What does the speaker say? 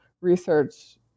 research